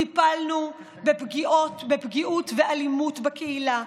טיפלנו בפגיעות ואלימות בקהילה,